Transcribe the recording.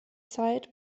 zeit